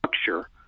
structure